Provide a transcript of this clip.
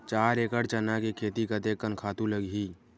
चार एकड़ चना के खेती कतेकन खातु लगही?